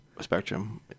spectrum